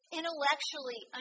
intellectually